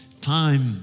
time